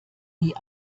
nie